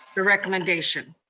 the recommendation.